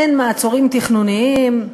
אין מעצורים תכנוניים,